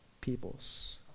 peoples